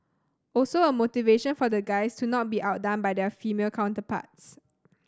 also a motivation for the guys to not be outdone by their female counterparts